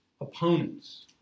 opponents